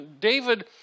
David